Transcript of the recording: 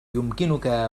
يمكنك